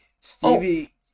Stevie